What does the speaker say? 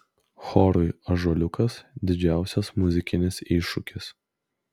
chorui ąžuoliukas didžiausias muzikinis iššūkis